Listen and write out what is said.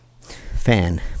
fan